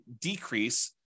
decrease